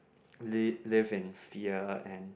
liv~ live in fear and